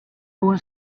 went